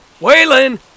Waylon